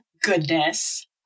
goodness